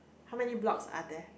how many blocks are there